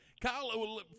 Kyle